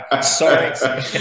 sorry